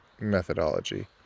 methodology